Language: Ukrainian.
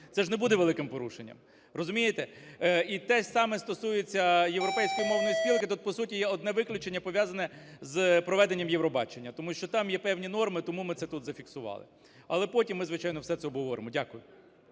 це ж не буде великим порушенням. Розумієте? І те ж саме стосується Європейської мовної спілки. Тут по суті є одне виключення, пов'язане з проведенням "Євробачення", тому що там є певні норми, тому ми це тут зафіксували. Але потім ми, звичайно, все це обговоримо. Дякую.